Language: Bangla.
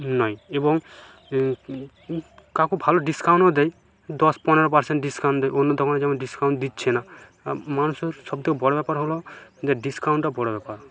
নয় এবং কাকু খুব ভালো ডিসকাউন্টও দেয় দশ পনেরো পার্সেন্ট ডিসকাউন্ট দেয় অন্য দোকানে যেমন ডিসকাউন্ট দিচ্ছে না মানুষের সবথেকে বড় ব্যাপার হলো যে ডিসকাউন্টটা বড় ব্যাপার